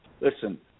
listen